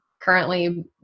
currently